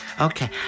Okay